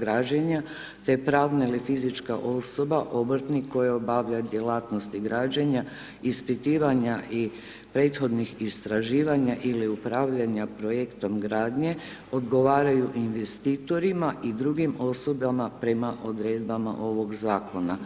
građenja te pravna ili fizička osoba obrtnik koji obavlja djelatnosti građenja, ispitivanja i prethodnih istraživanja ili upravljanja projektom gradnje odgovaraju investitorima i drugim osobama prema odredbama ovog zakona.